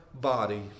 body